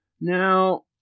Now